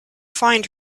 find